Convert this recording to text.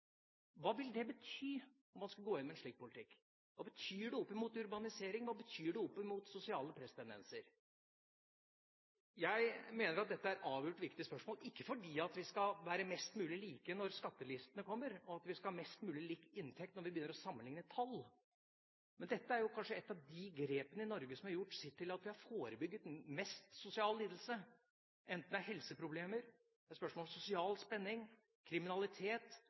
Hva vil det bety om man skulle gå inn med en slik politikk? Hva betyr det med tanke på urbanisering? Hva betyr det med tanke på sosiale presstendenser? Jeg mener at dette er avgjørende viktige spørsmål – ikke fordi vi skal være mest mulig like når skattelistene kommer, og at vi skal ha mest mulig lik inntekt når vi begynner å sammenligne tall, men fordi dette kanskje er et av de grepene i Norge som har gjort mest til at vi har forebygget sosial lidelse, enten det er helseproblemer, spørsmål om sosial spenning, kriminalitet